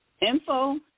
info